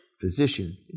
physician